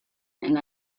and